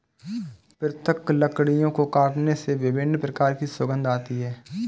पृथक लकड़ियों को काटने से विभिन्न प्रकार की सुगंध आती है